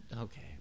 Okay